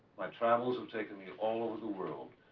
my travels have taken me all over the world,